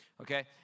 Okay